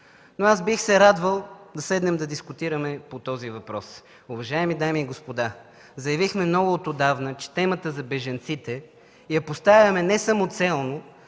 но аз бих се радвал да седнем да дискутираме по този въпрос. Уважаеми дами и господа, много отдавна заявихме, че темата за бежанците поставяме не самоцелно,